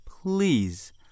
Please